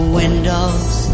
windows